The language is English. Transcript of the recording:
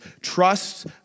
trusts